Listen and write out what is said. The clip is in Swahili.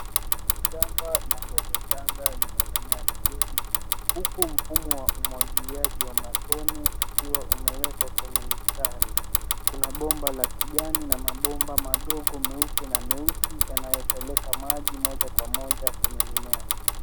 Shamba la mboga janga zinazomea vizuri, huku mfumo wa umwagiliaji wa matone ukiwa umewekwa kwenye mistari. Kuna pomba la kijani na mapomba madogo meupe na meusi yanayopeleka maji moja kwa moja kwenye mimea.